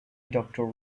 doctor